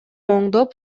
оңдоп